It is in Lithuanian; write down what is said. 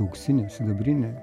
auksinė sidabrinė